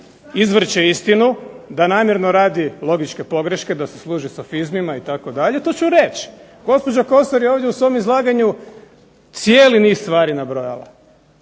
izvrće istinu, da namjerno radi logičke pogreške, da se služi sa fizmima itd. to ću reći. Gospođa Kosor je ovdje u svom izlaganju cijeli niz stvari nabrojala,